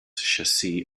chassis